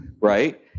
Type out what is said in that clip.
right